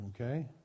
okay